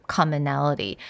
Commonality